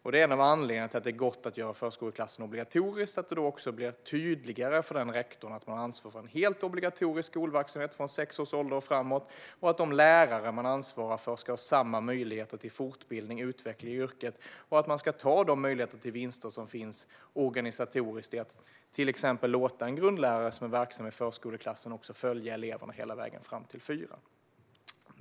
Detta är en av anledningarna till att det gått att göra förskoleklassen obligatorisk: Det blir tydligare för rektorn att man har ansvar för en helt obligatorisk skolverksamhet från sex års ålder, att de lärare man ansvarar för ska ha samma möjligheter till fortbildning och utveckling i yrket och att man ska utnyttja de möjligheter till organisatoriska vinster som finns i att till exempel låta en grundlärare som är verksam i förskoleklassen följa eleverna ända fram till fyran.